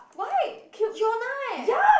why hyuna eh